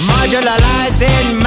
Marginalizing